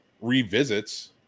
revisits